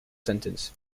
sentence